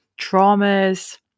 traumas